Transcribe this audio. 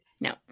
no